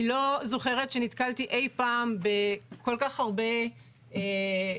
אני לא זוכרת שנתקלתי אי פעם בכל כך הרבה סלידה,